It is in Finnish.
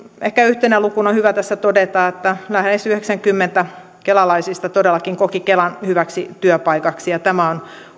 ehkä yhtenä lukuna on hyvä tässä todeta että lähes yhdeksänkymmentä prosenttia kelalaisista todellakin koki kelan hyväksi työpaikaksi ja tämä on